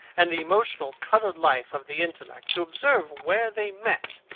and the emotional coloured life of the intellect to observe where they met,